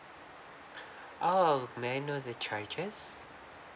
oh may I know the charges